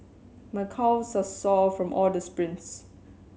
my calves are sore from all the sprints